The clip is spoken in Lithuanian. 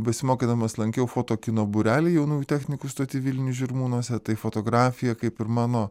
besimokydamas lankiau foto kino būrelį jaunųjų technikų stoty vilniuje žirmūnuose tai fotografija kaip ir mano